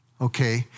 okay